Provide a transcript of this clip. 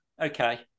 Okay